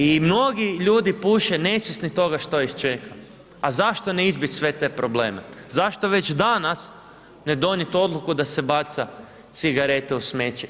I mnogi ljudi puše nesvjesni toga što ih čeka, a zašto ne izbjeć sve te probleme, zašto već danas ne donijet odluku da se baca cigarete u smeće.